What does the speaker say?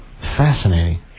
Fascinating